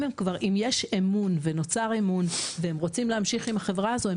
אם יש אמון ונוצר אמון והם רוצים להמשיך עם החברה הזאת,